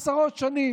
איזה החלטות ממשלה?